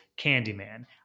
Candyman